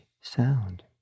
sound